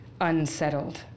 unsettled